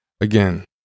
again